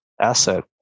asset